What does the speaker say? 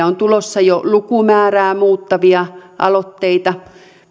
on tulossa jo lukumäärää muuttavia aloitteita